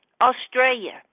australia